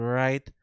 right